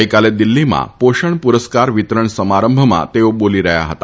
ગઇકાલે દિલ્ફીમાં પોષણ પુરસ્કાર વિતરણ સમારંભમાં તેઓ બોલી રહ્યા હતા